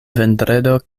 vendredo